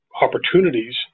opportunities